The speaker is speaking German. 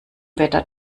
wetter